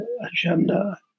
agenda